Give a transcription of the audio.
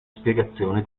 spiegazione